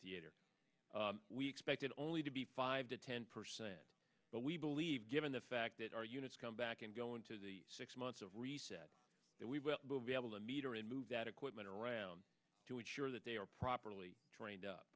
theater we expect it only to be five to ten percent but we believe given the fact that our units come back and go into the six months of reset that we will be able to meter and move that equipment around to ensure that they are properly trained up